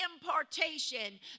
impartation